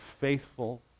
faithful